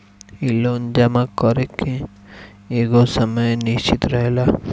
इ लोन जमा करे के एगो समय निश्चित रहेला